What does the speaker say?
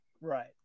right